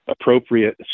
appropriate